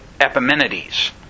Epimenides